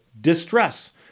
distress